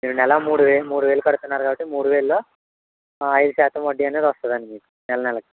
మీరు నెలా మూడువేలు మూడువేలు కడుతున్నారు కాబట్టి మూడువేలల్లో ఐదు శాతం వడ్డీ అనేది వస్తుంది అండి నెల నెల